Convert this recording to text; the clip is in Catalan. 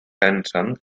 pensen